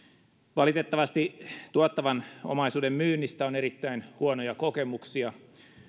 valitettavasti tuottavan omaisuuden myynnistä on erittäin huonoja kokemuksia